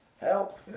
Help